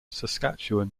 saskatchewan